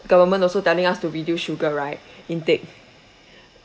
government also telling us to reduce sugar right intake